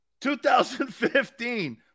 2015